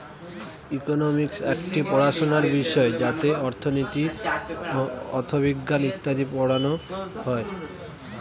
economics একটি পড়াশোনার বিষয় যাতে অর্থনীতি, অথবিজ্ঞান ইত্যাদি পড়ানো হয়